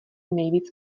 nejvíc